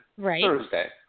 Thursday